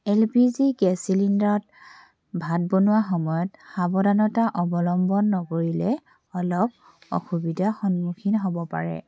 L P G gas চিলিণ্ডাৰত ভাত বনোৱা সময়ত সাৱধানতা অৱলম্বন নকৰিলে অলপ অসুবিধা সন্মুখীন হ'ব পাৰে